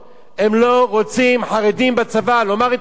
הם לא רוצים חרדים בצבא, לומר את האמת,